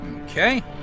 Okay